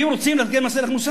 ואם רוצים להפחית את מס ערך מוסף,